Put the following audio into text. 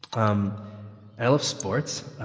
um i love sports.